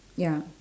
ya